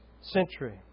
century